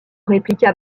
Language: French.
répliqua